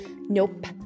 Nope